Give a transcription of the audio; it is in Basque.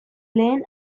lehen